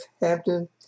Hampton